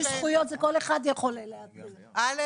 א',